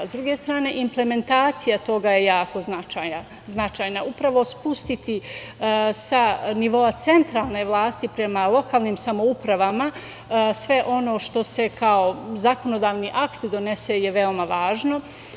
S druge strane, implementacija toga je jako značajna, upravo spustiti sa nivoa centralne vlasti prema lokalnim samoupravama sve ono što se kao zakonodavni akt donese je veoma važno.